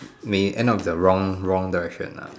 may end up in the wrong wrong direction ah